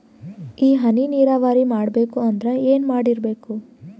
ಈ ಹನಿ ನೀರಾವರಿ ಮಾಡಬೇಕು ಅಂದ್ರ ಏನ್ ಮಾಡಿರಬೇಕು?